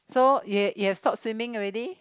so you have you have stopped swimming already